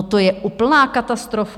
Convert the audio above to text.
To je úplná katastrofa!